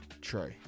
true